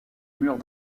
murs